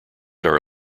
are